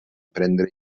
prendre